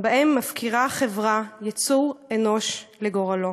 שבהם מפקירה החברה יצור אנוש לגורלו".